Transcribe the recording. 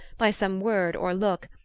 by some word or look,